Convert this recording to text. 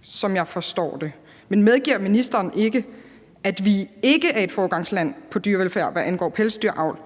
som jeg forstår det. Men medgiver ministeren ikke, at vi ikke er et foregangsland på dyrevelfærdsområdet, hvad angår pelsdyravl,